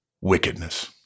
wickedness